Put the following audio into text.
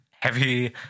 heavy